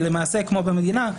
היא למעשה כמו במדינה,